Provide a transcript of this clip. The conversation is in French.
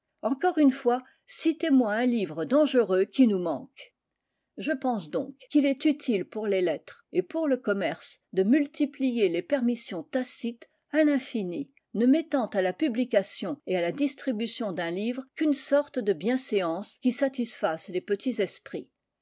encore une fois citez moi un livre dangereux qui nous manque je pense donc qu'il est utile pour les lettres et pour le commerce de multiplier les permissions tacites à l'infini ne mettant à la publication et à la distribution d'un livre qu'une sorte de bienséance qui satisfasse les petits esprits